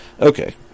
Okay